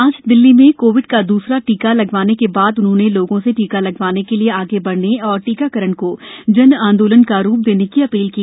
आज दिल्ली में कोविड का द्रसरा टीका लगवाने के बाद उन्होंने लोगों से टीका लगवाने के लिए आगे बढने और टीकाकरण को जन आंदोलन का रूप देने की अपील की